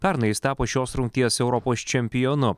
pernai jis tapo šios rungties europos čempionu